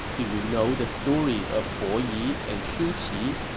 do you know the story of bo yi and shu qi?